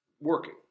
working